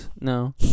No